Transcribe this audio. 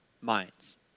minds